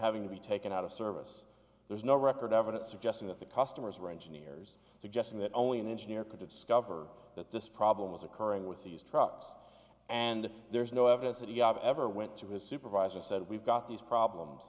having to be taken out of service there's no record evidence suggesting that the customers were engineers suggesting that only an engineer could discover that this problem was occurring with these trucks and there's no evidence that you have ever went to his supervisor said we've got these problems